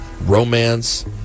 romance